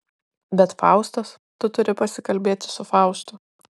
bet faustas tu turi pasikalbėti su faustu